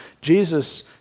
Jesus